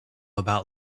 about